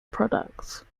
products